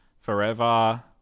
Forever